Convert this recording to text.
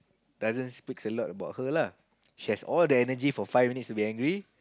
doesn't speaks a lot about her lah she has all the energy for five minutes to be angry